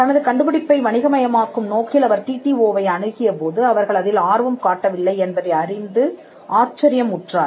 தனது கண்டுபிடிப்பை வணிக மயமாக்கும் நோக்கில் அவர் டிடிஓ ஐ அணுகியபோது அவர்கள் அதில் ஆர்வம் காட்டவில்லை என்பதை அறிந்து ஆச்சரியம் உற்றார்